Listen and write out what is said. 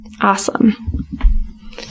Awesome